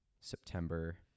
september